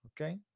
okay